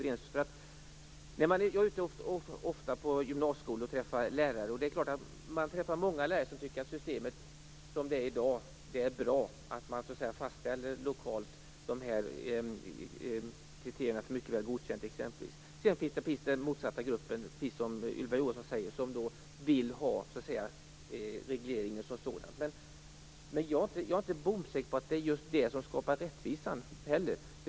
Jag är ofta ute på gymnasieskolor och träffar lärare. Många lärare tycker att systemet är bra som det är i dag, att man lokalt fastställer kriterierna för exempelvis Mycket väl godkänd. Sedan finns den grupp som tycker det motsatta, precis som Ylva Johansson säger, och som vill ha regleringen som sådan. Jag är inte helt säker på att det just är detta som skapar rättvisan heller.